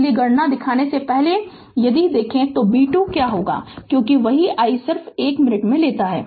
इसलिए गणना दिखाने से पहले इसलिए यदि देखें कि b 2 क्या होगा क्योंकि वही i सिर्फ 1 मिनट लेता है